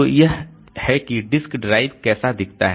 तो यह है कि डिस्क ड्राइव कैसा दिखता है